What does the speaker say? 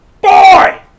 Boy